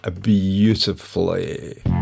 beautifully